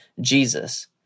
Jesus